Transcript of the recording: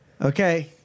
Okay